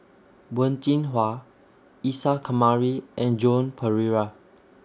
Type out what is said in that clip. Wen Jinhua Isa Kamari and Joan Pereira